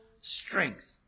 strength